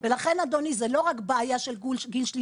ולכן, אדוני, זו לא בעיה רק של הגיל השלישי.